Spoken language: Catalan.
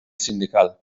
sindical